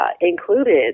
included